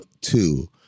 two